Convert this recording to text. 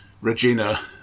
Regina